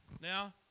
Now